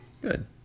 Good